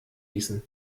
gießen